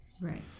Right